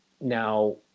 now